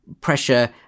pressure